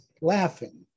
laughing